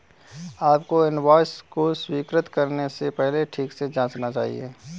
आपको इनवॉइस को स्वीकृत करने से पहले ठीक से जांचना चाहिए